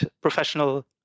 professional